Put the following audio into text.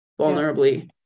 vulnerably